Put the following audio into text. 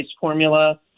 formula